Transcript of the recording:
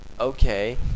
Okay